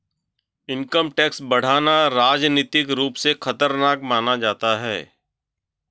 income tax बढ़ाना राजनीतिक रूप से खतरनाक माना जाता है